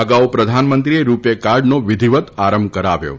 અગાઉ પ્રધાનમંત્રીએ રૂપે કાર્ડનો વિધિવત આરંભ કરાવ્યો હતો